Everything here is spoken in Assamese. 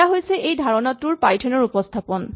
এয়া হৈছে এই ধাৰণাটোৰ পাইথন ৰ উপস্হাপন